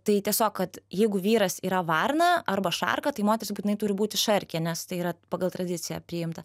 tai tiesiog kad jeigu vyras yra varna arba šarka tai moteris būtinai turi būti šarkė nes tai yra pagal tradiciją priimta